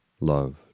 Love